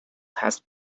has